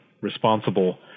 responsible